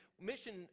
mission